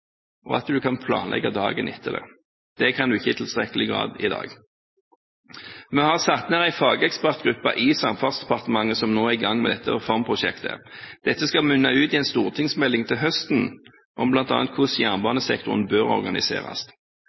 og at en kan planlegge dagen etter det. Det kan en ikke i tilstrekkelig grad i dag. Vi har satt ned en fagekspertgruppe i Samferdselsdepartementet som nå er i gang med dette reformprosjektet. Dette skal munne ut i en stortingsmelding til høsten om bl.a. hvordan jernbanesektoren bør organiseres.